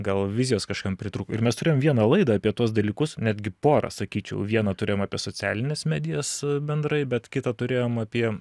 gal vizijos kažkam pritrūko ir mes turėjom vieną laidą apie tuos dalykus netgi porą sakyčiau vieną turėjom apie socialines medijas bendrai bet kitą turėjom apie